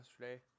yesterday